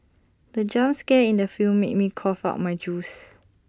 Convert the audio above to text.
the jump scare in the film made me cough out my juice